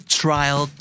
trial